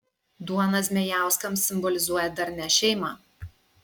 duona zmejauskams simbolizuoja darnią šeimą